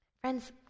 Friends